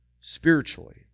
spiritually